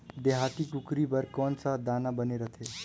देहाती कुकरी बर कौन सा दाना बने रथे?